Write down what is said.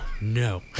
no